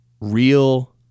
real